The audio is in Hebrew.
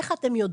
איך הם יודעים?